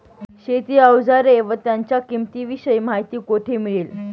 शेती औजारे व त्यांच्या किंमतीविषयी माहिती कोठे मिळेल?